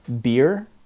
beer